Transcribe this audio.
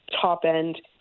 top-end